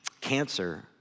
cancer